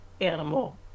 animal